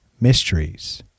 mysteries